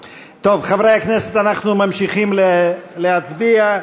טוב, חברי הכנסת, אנחנו ממשיכים להצביע.